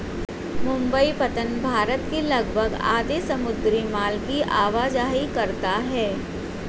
मुंबई पत्तन भारत के लगभग आधे समुद्री माल की आवाजाही करता है